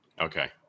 Okay